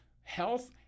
health